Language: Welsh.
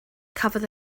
cafodd